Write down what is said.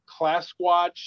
ClassWatch